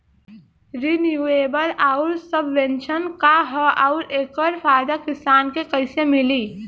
Renewable आउर subvention का ह आउर एकर फायदा किसान के कइसे मिली?